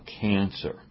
cancer